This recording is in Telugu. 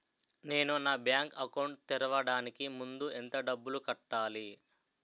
నేను నా బ్యాంక్ అకౌంట్ తెరవడానికి ముందు ఎంత డబ్బులు కట్టాలి?